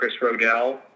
chrisrodell